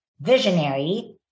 visionary